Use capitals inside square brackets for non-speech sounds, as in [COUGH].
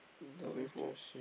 coming for [NOISE]